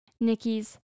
nikki's